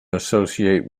associate